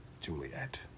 Juliet